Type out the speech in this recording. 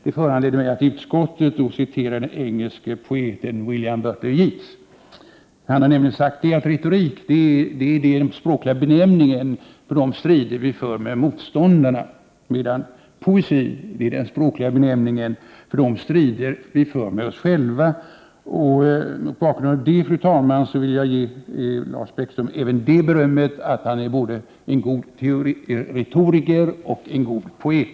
Det föranledde mig att i utskottet en gång citera den irländske poeten William Butler Yeats. Han har nämligen sagt att retorik är den språkliga benämningen för de strider vi för med motståndarna, medan poesi är namnet på de strider vi för med oss själva. Mot bakgrund av detta, fru talman, vill jag ge Lars Bäckström beröm för att han är både en god retoriker och en god poet.